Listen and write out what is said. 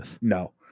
No